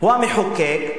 הוא המחוקק,